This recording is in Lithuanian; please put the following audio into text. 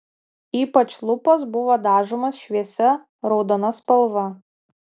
ypač lūpos buvo dažomos šviesia raudona spalva